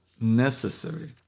necessary